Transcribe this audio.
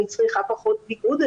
אני צריכה פחות ביגוד,